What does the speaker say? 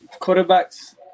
quarterbacks